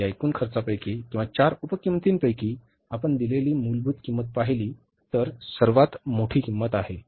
या एकूण खर्चापैकी किंवा 4 उप किंमतीपैकी आपण दिलेली मूलभूत किंमत पाहिली तर सर्वात मोठी किंमत आहे